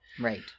Right